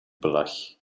beleg